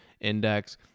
index